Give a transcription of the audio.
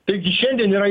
taigi šiandien yra